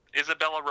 Isabella